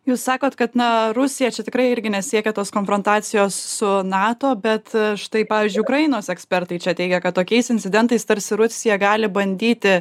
jūs sakot kad na rusija čia tikrai irgi nesiekia tos konfrontacijos su nato bet štai pavyzdžiui ukrainos ekspertai čia teigia kad tokiais incidentais tarsi rusija gali bandyti